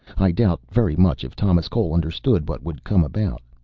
i doubt very much if thomas cole understood what would come about.